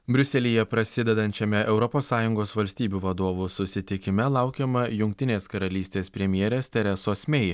briuselyje prasidedančiame europos sąjungos valstybių vadovų susitikime laukiama jungtinės karalystės premjerės teresos mei